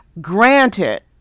Granted